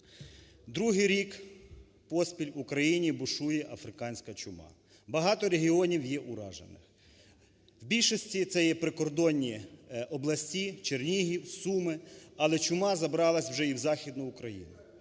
Другий рік поспіль в Україні бушує африканська чума. Багато регіонів є уражених. В більшості це є прикордонні області – Чернігів, Суми, але чума забралась вже і в Західну Україну.